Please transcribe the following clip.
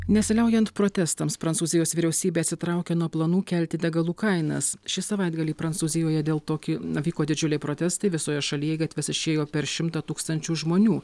nesiliaujant protestams prancūzijos vyriausybė atsitraukė nuo planų kelti degalų kainas šį savaitgalį prancūzijoje dėl to ki vyko didžiuliai protestai visoje šalyje į gatves išėjo per šimtą tūkstančių žmonių